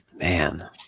Man